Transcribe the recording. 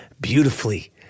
beautifully